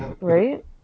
Right